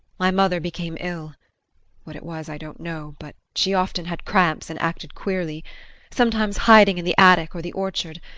my mother became ill what it was i don't know, but she often had cramps and acted queerly sometimes hiding in the attic or the orchard,